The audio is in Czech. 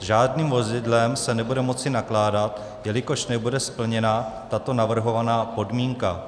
S žádným vozidlem se nebude moci nakládat, jelikož nebude splněna tato navrhovaná podmínka.